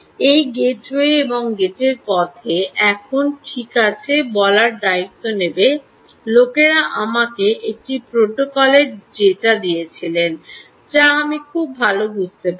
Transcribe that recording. এই গেটওয়ে এবং গেটের পথে এখন ঠিক আছে বলার দায়িত্ব নেবে লোকেরা আমাকে একটি প্রোটোকলের ডেটা দিয়েছিলেন যা আমি খুব ভাল বুঝতে পারি